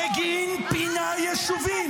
בגין פינה יישובים.